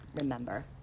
remember